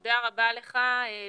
תודה רבה לך, ליאור.